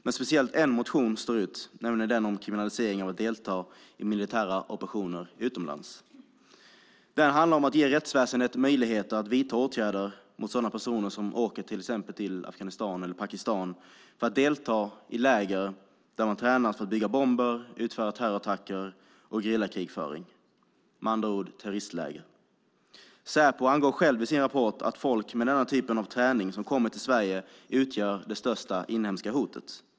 Men speciellt en motion sticker ut, nämligen den om kriminalisering av deltagande i militära operationer utomlands. Där handlar det om att ge rättsväsendet möjligheter att vidta åtgärder mot personer som åker till exempelvis Afghanistan eller Pakistan för att delta i läger där man tränas för att bygga bomber och utföra terrorattacker och i gerillakrigföring, med andra ord terroristläger. Säpo angav självt i sin rapport att folk med denna typ av träning som kommer till Sverige utgör det största inhemska hotet.